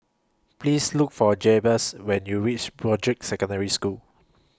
Please Look For Jabez when YOU REACH Broadrick Secondary School